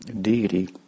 deity